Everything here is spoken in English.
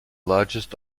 largest